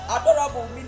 adorable